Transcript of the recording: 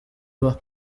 ibaho